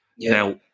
Now